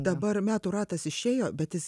dabar metų ratas išėjo bet jis